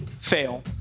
fail